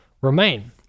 remain